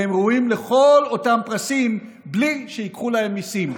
והם ראויים לכל אותם פרסים בלי שייקחו להם מיסים.